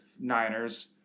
Niners